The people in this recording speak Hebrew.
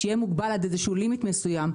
שיהיה מוגבל עד איזה limit מסוים.